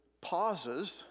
pauses